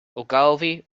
ogilvy